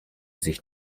sich